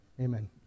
amen